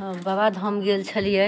बाबा धाम गेल छलियै